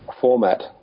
format